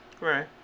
Right